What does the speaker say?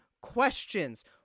questions